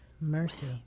Mercy